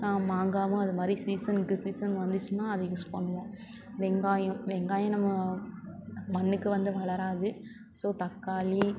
மாங்காவும் அது மாதிரி சீசனுக்கு சீசன் வந்துச்சுன்னா அதை யூஸ் பண்ணுவோம் வெங்காயம் வெங்காயம் நம்ம மண்ணுக்கு வந்து வளராது ஸோ தக்காளி